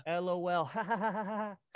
LOL